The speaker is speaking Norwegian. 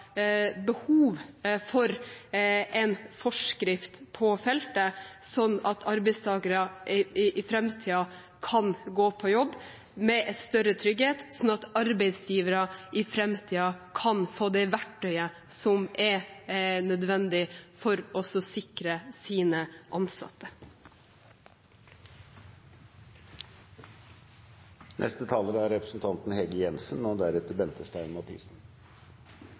behov for en forskrift på feltet, sånn at arbeidstakere i framtiden kan gå på jobb med større trygghet, og sånn at arbeidsgivere i framtiden kan få det verktøyet som er nødvendig for å sikre sine ansatte. Det er